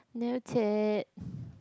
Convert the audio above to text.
noted